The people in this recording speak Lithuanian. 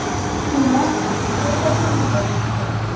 chujakšt ir padaryta viskas